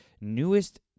newest